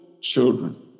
children